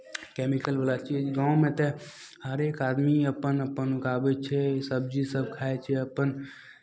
कैमिकलवला चीज गाँवमे तऽ हरेक आदमी अपन अपन उगाबै छै सबजी सभ खाइ छै अपन